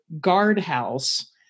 guardhouse